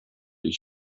his